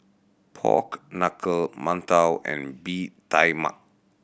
pork knuckle mantou and Bee Tai Mak